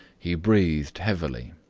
he breathed heavily.